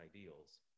ideals